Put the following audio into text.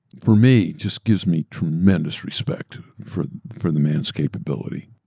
for me, just gives me tremendous respect for for the man's capability.